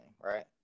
right